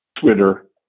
Twitter